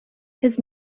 his